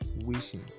wishing